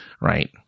right